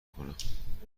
کنم